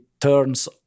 turns